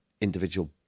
individual